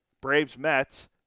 Braves-Mets